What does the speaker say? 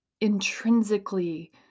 intrinsically